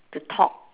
to talk